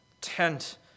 tent